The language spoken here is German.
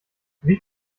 wie